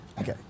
Okay